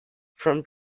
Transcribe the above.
from